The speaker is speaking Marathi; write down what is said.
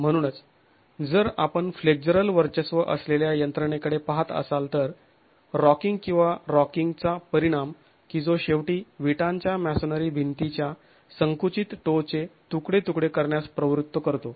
म्हणूनच जर आपण फ्लेक्झरल वर्चस्व असलेल्या यंत्रणेकडे पहात असाल तर रॉकिंग किंवा रॉकिंगचा परिणाम की जो शेवटी विटांच्या मॅसोनेरी भिंतीच्या संकुचित टो चे तुकडे तुकडे करण्यास प्रवृत्त करतो